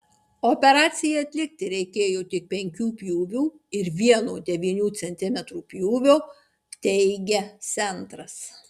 operacijai atlikti reikėjo tik penkių pjūvių ir vieno devynių centimetrų pjūvio teigia centras